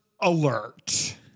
alert